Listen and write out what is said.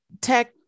tech